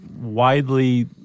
widely